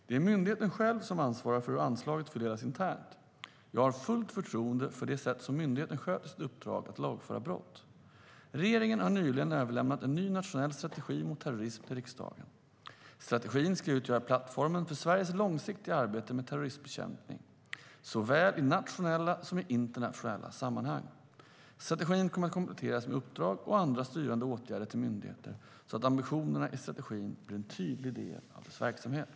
Det är myndigheten själv som ansvarar för hur anslaget fördelas internt. Jag har fullt förtroende för det sätt på vilket myndigheten sköter sitt uppdrag att lagföra brott. Regeringen har nyligen överlämnat en ny nationell strategi mot terrorism till riksdagen. Strategin ska utgöra plattformen för Sveriges långsiktiga arbete med terrorismbekämpning, såväl i nationella som i internationella sammanhang. Strategin kommer att kompletteras med uppdrag och andra styrande åtgärder till myndigheter, så att ambitionerna i strategin blir en tydlig del av deras verksamhet.